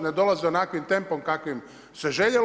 ne dolaze onakvim tempom kakvim se željelo.